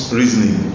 reasoning